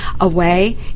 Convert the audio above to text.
away